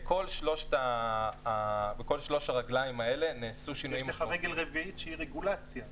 בכל שלוש הרגליים האלה נעשו שינויים -- יש לך רגל רביעית שהיא רגולציה,